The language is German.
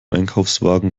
einkaufswagen